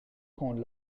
con